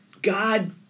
God